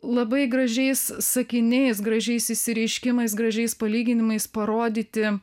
labai gražiais sakiniais gražiais išsireiškimais gražiais palyginimais parodyti